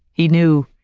he knew,